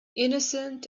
innocent